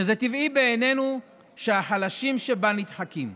כשזה טבעי בעינינו שהחלשים שבה נדחקים.